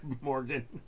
Morgan